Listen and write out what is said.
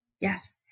Yes